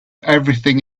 everything